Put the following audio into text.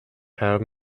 have